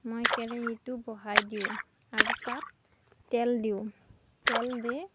মই কেৰাহীটো বহাই দিওঁ আৰু তাত তেল দিওঁ তেল দি